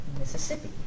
Mississippi